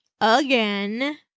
again